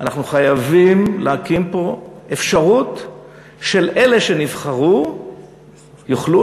אנחנו חייבים להקים פה אפשרות שאלה שנבחרו יוכלו